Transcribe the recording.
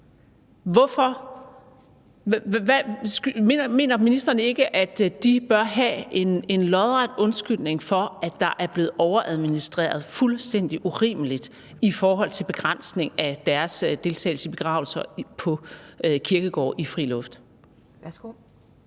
Mener ministeren ikke, at de bør have en lodret undskyldning for, at der er blevet overadministreret fuldstændig urimeligt i forhold til begrænsning af deres deltagelse i begravelser på kirkegårde i fri luft? Kl.